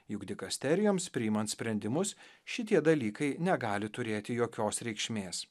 juk dikasterijoms priimant sprendimus šitie dalykai negali turėti jokios reikšmės